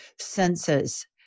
senses